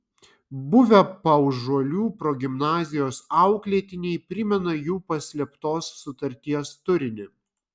buvę paužuolių progimnazijos auklėtiniai primena jų paslėptos sutarties turinį